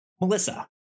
Melissa